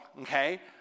okay